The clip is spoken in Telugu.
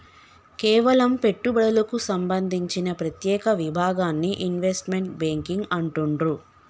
కేవలం పెట్టుబడులకు సంబంధించిన ప్రత్యేక విభాగాన్ని ఇన్వెస్ట్మెంట్ బ్యేంకింగ్ అంటుండ్రు